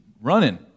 running